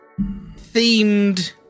themed